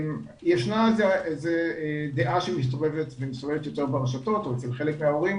יש דעה שמסתובבת יותר ברשתות או אצל חלק מההורים,